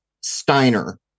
Steiner